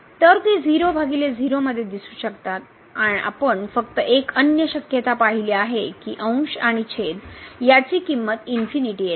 तर ते मध्ये दिसू शकतात आपण फक्त एक अन्य शक्यता पाहिली आहे की अंश आणि छेद याची किंमत इन्फिनिटी येते